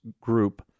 group